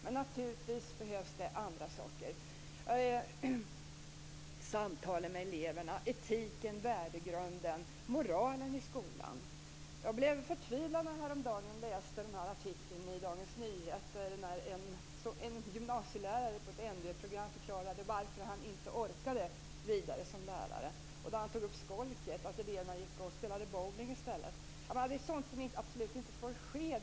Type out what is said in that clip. Men naturligtvis behövs det också andra saker: samtal med eleverna, etik, en värdegrund och moral i skolan. Jag blev förtvivlad när jag häromdagen läste en artikel i Dagens Nyheter där en gymnasielärare på ett NV-program förklarade varför han inte orkade längre som lärare. Han tog upp skolket, att eleverna gick och spelade bowling i stället. Sådant får absolut inte ske.